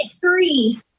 three